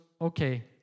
okay